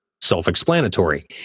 self-explanatory